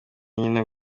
nyina